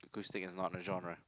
acoustic is not a genre